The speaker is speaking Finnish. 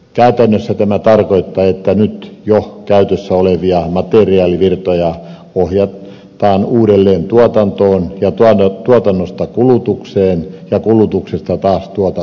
käytännössä tämä tarkoittaa että nyt jo käytössä olevia materiaalivirtoja ohjataan uudelleen tuotantoon ja tuotannosta kulutukseen ja kulutuksesta taas tuotantoon